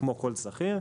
כמו לכל שכיר,